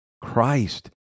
Christ